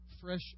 fresh